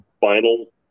final